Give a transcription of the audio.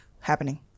happening